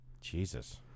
Jesus